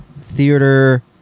theater